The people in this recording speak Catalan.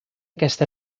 aquesta